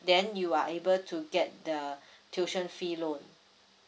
then you are able to get the tuition fee loan